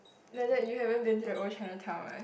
like that you haven't been to the old Chinatown [what]